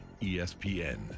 ESPN